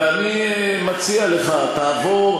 ואני מציע לך, תעבור,